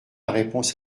réponse